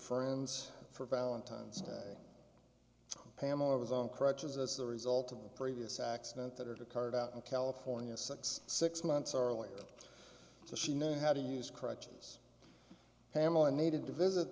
friends for valentine's day pam overs on crutches as the result of the previous accident that her to carve out in california six six months earlier so she knew how to use crutches pamela needed to visit